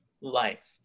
life